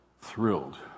thrilled